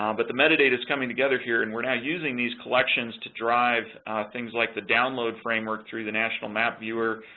um but the metadata's coming together here and we're not using these collections to drive things like the download framework through the national map viewer,